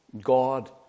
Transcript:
God